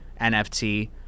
NFT